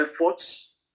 efforts